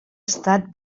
estat